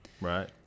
right